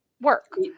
work